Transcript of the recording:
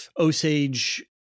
Osage